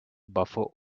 buffer